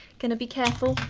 gonna be careful.